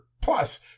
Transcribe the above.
plus